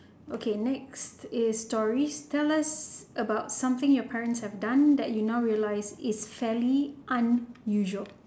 okay next is stories tell us about something your parents have done that now you realise is fairly unusual